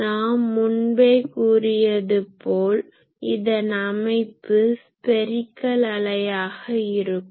நாம் முன்பே கூறியது போல் இதன் அமைப்பு ஸ்பேரிக்கல் அலையாக இருக்கும்